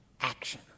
action